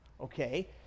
Okay